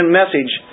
message